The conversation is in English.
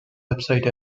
website